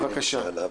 אני שייך לכחול לבן.